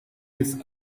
his